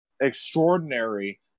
extraordinary